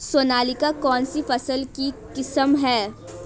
सोनालिका कौनसी फसल की किस्म है?